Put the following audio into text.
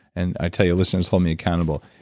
and i tell you listeners hold me accountable,